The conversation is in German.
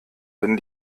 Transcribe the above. wenn